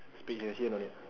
ma ne